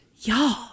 y'all